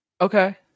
Okay